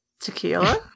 Tequila